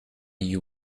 you